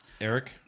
Eric